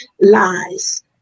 lies